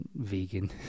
Vegan